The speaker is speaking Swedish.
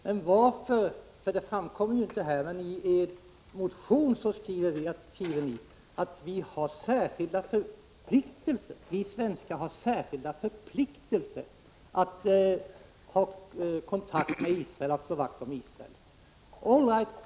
Herr talman! Jag har aldrig ifrågasatt folkpartiets klara linje. Alla vet att ni alltid ställer upp för Israel, och det är det som vi har kritiserat. Det framkom inte här, men i er motion skriver ni att vi svenskar har särskilda förpliktelser att slå vakt om Israel.